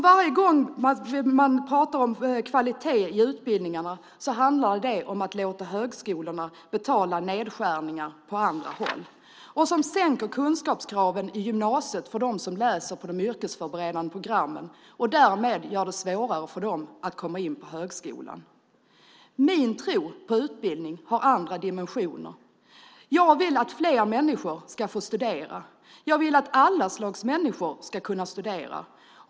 Varje gång man pratar om kvalitet i utbildningarna handlar det om att låta högskolorna betala nedskärningar på andra håll. Man sänker kunskapskraven i gymnasiet för dem som läser på de yrkesförberedande programmen och gör det därmed svårare för dem att komma in på högskolan. Min tro på utbildning har andra dimensioner. Jag vill att fler människor ska få studera. Jag vill att alla slags människor ska kunna studera.